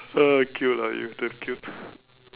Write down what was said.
Aqilah you just killed